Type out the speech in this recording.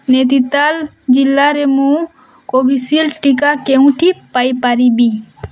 ନୈନିତାଲ୍ ଜିଲ୍ଲାରେ ମୁଁ କୋଭିଶିଲ୍ଡ୍ ଟିକା କେଉଁଠି ପାଇ ପାରିବି